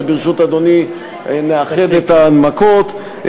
וברשות אדוני נאחד את ההנמקות,